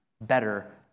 better